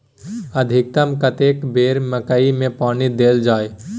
अधिकतम कतेक बेर मकई मे पानी देल जाय?